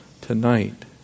tonight